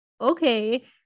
okay